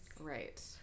Right